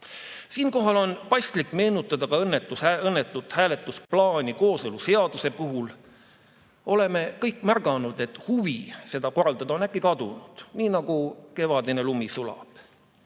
eest. Siinkohal on paslik meenutada ka õnnetut hääletusplaani kooseluseaduse puhul. Oleme kõik märganud, et huvi seda korraldada on äkki kadunud, nii nagu kevadine lumi sulab.